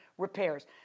repairs